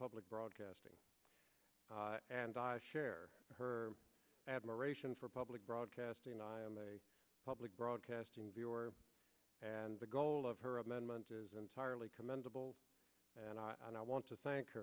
public broadcasting and i share her admiration for public broadcasting i am a public broadcasting viewer and the goal of her amendment is entirely commendable and i want to thank